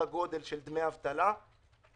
לחופשה ללא תשלום במהלך התקופה שמיום ה' באדר התש"פ (1 במרס 2020)